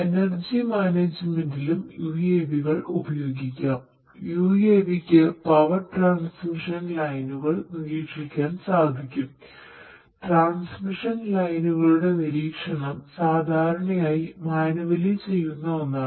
energy മാനേജ്മെന്റിലും ചെയ്യുന്ന ഒന്നാണ്